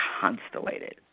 constellated